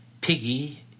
Piggy